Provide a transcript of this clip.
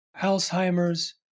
Alzheimer's